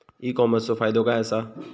E कॉमर्सचो फायदो काय असा?